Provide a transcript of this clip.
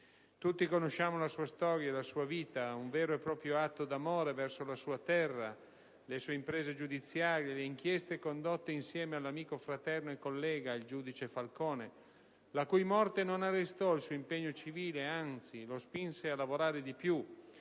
Tutti conosciamo la sua storia, la sua vita (un vero e proprio atto d'amore verso la sua terra), le sue imprese giudiziarie, le inchieste condotte insieme all'amico fraterno e collega, il giudice Giovanni Falcone (la cui morte non arrestò il suo impegno civile, anzi, lo spinse a lavorare di più),